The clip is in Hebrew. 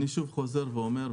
אני שוב חוזר ואומר,